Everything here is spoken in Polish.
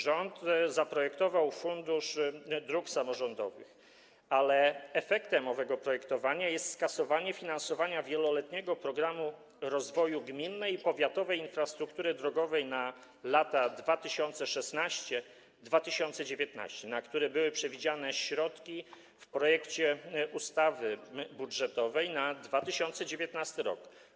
Rząd zaprojektował Fundusz Dróg Samorządowych, ale efektem owego projektowania jest skasowanie finansowania wieloletniego „Programu rozwoju gminnej i powiatowej infrastruktury drogowej na lata 2016-2019”, na który były przewidziane środki w projekcie ustawy budżetowej na 2019 r.